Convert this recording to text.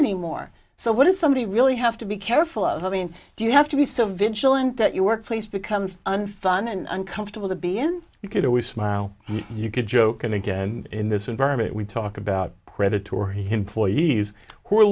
anymore so what does somebody really have to be careful of i mean do you have to be so vigilant that your workplace becomes unfunny and uncomfortable to be in you could always smile you could joke i think and in this environment we talk about predatory employees who are